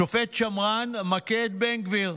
שופט שמרן, מכה את בן גביר.